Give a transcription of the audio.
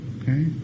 Okay